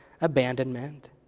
abandonment